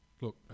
Look